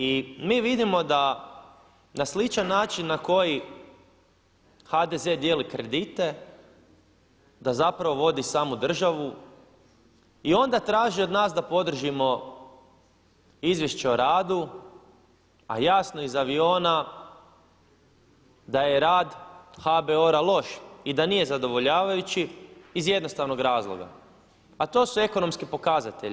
I mi vidimo da na sličan način na koji HDZ dijeli kredite da zapravo vodi samu državu i onda traži od nas da podržimo izvješće o radu a jasno je iz aviona da je rad HBOR-a loš i da nije zadovoljavajući iz jednostavnog razloga a to su ekonomski pokazatelji.